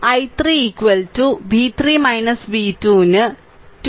I3 v3 v2 ന് 2 5